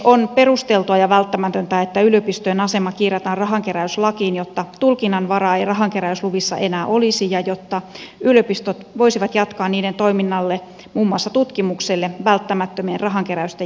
on perusteltua ja välttämätöntä että yliopistojen asema kirjataan rahankeräyslakiin jotta tulkinnanvaraa ei rahankeräysluvissa enää olisi ja jotta yliopistot voisivat jatkaa niiden toiminnalle muun muassa tutkimukselle välttämättömien rahankeräysten järjestämistä